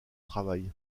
travail